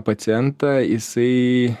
pacientą jisai